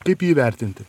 kaip jį įvertinti